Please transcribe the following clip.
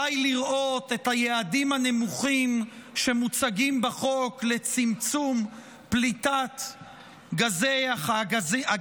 די לראות את היעדים הנמוכים שמוצגים בחוק לצמצום פליטת הגזים,